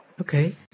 Okay